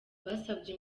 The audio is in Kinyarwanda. basabye